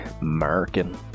American